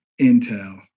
intel